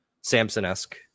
Samson-esque